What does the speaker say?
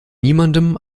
niemandem